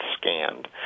scanned